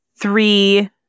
three